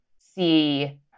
see